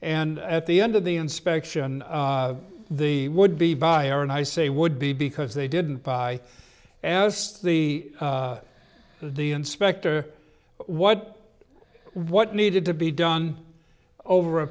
and at the end of the inspection the would be by air and i say would be because they didn't buy as the the inspector what what needed to be done over a